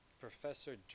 Professor